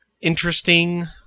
interesting